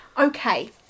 Okay